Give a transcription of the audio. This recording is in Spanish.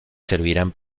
servirán